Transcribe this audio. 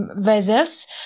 Vessels